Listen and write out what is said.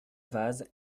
vase